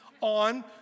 on